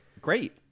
Great